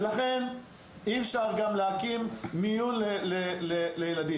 ולכן אי אפשר גם להקים מיון לילדים.